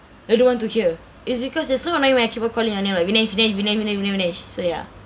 I don't want to hear is because it's so annoying when I keep on calling your name like vinesh vinesh vinesh vinesh vinesh vinesh so ya